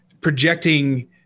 projecting